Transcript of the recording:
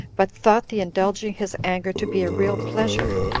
but thought the indulging his anger to be a real pleasure,